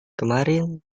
kemarin